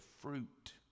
fruit